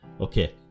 Okay